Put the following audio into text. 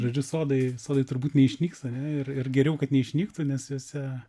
žodžiu sodai sodai turbūt neišnyksta ir ir geriau kad neišnyktų nes juose